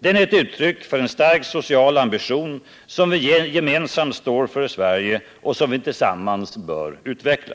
Den är ett uttryck för en stark social ambition, som vi gemensamt står för i Sverige och som vi tillsammans bör utveckla.